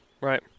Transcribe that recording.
Right